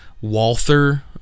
Walther